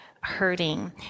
hurting